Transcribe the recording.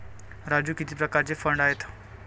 राजू किती प्रकारचे फंड आहेत?